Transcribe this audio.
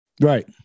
Right